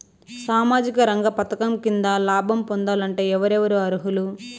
సామాజిక రంగ పథకం కింద లాభం పొందాలంటే ఎవరెవరు అర్హులు?